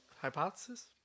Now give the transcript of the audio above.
hypothesis